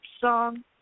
song